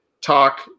talk